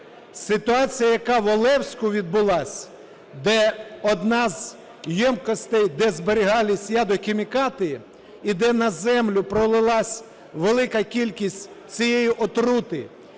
Ситуація, яка в Олевську відбулася, де одна з ємкостей, де зберігалися ядохімікати і де на землю пролилася велика кількість цієї отрути,